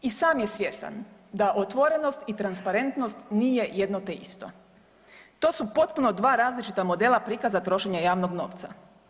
I sam je svjestan da otvorenost i transparentnost nije jedno te isto, to su potpuno dva različita modela prikaza trošenja javnog novaca.